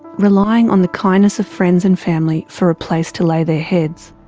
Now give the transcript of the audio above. relying on the kindness of friends and family for a place to lay their heads.